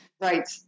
Right